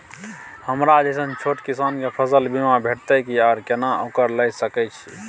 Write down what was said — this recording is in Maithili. हमरा जैसन छोट किसान के फसल बीमा भेटत कि आर केना ओकरा लैय सकैय छि?